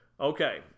Okay